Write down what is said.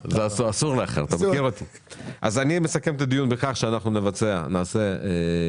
אני מסכם את הדיון בכך שאנחנו נבצע ישיבת